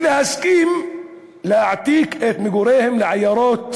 ולהסכים להעתיק את מגוריהם לעיירות